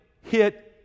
hit